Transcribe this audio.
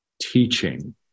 teaching